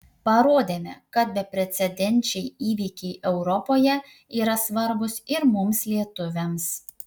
parodėme kad beprecedenčiai įvykiai europoje yra svarbūs ir mums lietuviams